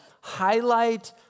highlight